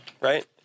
Right